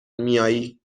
میائی